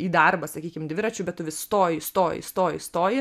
į darbą sakykim dviračiu bet tu vis stoji stoji stoji stoji